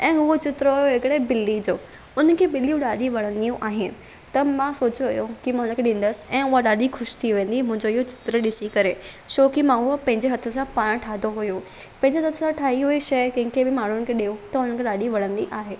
ऐं हूअ चित्र हुयो हिकिड़े ॿिली जो हुनखे ॿिलियूं ॾाढियूं वणंदियूं आहिनि त मां सोचियो हुयो कि मां उनखे ॾींदसि ऐं हूअ ॾाढी ख़ुशि थी वेंदी मुंहिंजो इहो चित्र ॾिसी छो कि मां उहो पंहिंजे हथ सां पाण ठाहियो हुयो पंहिंजे हथ सां ठाही वई शइ कंहिंखे बि माण्हूनि खे ॾियो त उन्हनि खे ॾाढी वणंदी आहे